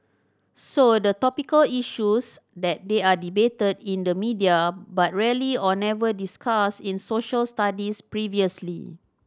so are topical issues that they are debated in the media but rarely or never discussed in Social Studies previously